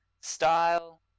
style